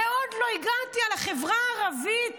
ועוד לא הגעתי אל החברה הערבית,